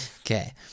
Okay